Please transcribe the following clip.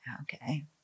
Okay